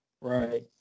Right